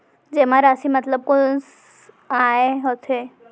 जेमा राशि मतलब कोस आय होथे?